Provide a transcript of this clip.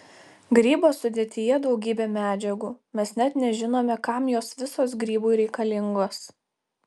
grybo sudėtyje daugybė medžiagų mes net nežinome kam jos visos grybui reikalingos